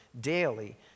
daily